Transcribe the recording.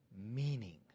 meaning